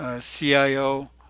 CIO